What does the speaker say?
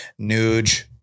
Nuge